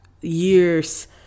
years